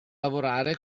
lavorare